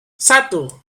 satu